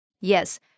Yes